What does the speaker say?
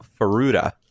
Faruda